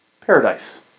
paradise